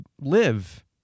live